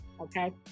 okay